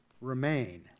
remain